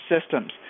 systems